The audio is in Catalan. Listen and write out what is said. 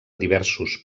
diversos